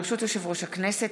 ברשות יושב-ראש הכנסת,